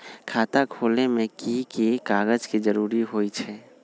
खाता खोले में कि की कागज के जरूरी होई छइ?